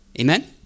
Amen